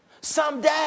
Someday